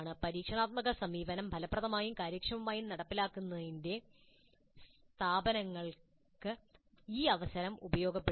പരീക്ഷണാത്മക സമീപനം ഫലപ്രദമായും കാര്യക്ഷമമായും നടപ്പിലാക്കുന്നതിന് സ്ഥാപനങ്ങൾക്ക് ഈ അവസരം പ്രയോജനപ്പെടുത്താം